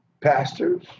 pastors